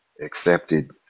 accepted